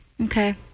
Okay